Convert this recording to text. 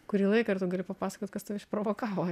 kurį laiką ir tu gali papasakot kas tave išprovokavo